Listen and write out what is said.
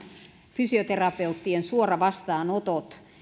fysioterapeuttien suoravastaanotot